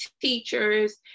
teachers